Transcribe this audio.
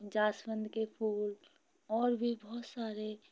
jasmine के फूल और भी बहुत सारे